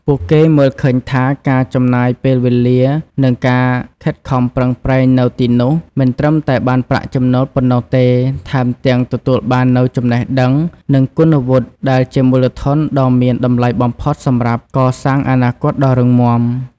ពួកគេមើលឃើញថា ការចំណាយពេលវេលា និងការខិតខំប្រឹងប្រែងនៅទីនោះ មិនត្រឹមតែបានប្រាក់ចំណូលប៉ុណ្ណោះទេ ថែមទាំងទទួលបាននូវចំណេះដឹង និងគុណវុឌ្ឍិដែលជាមូលធនដ៏មានតម្លៃបំផុតសម្រាប់កសាងអនាគតដ៏រឹងមាំ ។